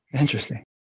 Interesting